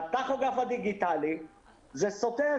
בטכוגרף הדיגיטלי זה סוטה,